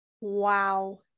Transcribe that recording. wow